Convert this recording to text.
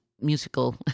musical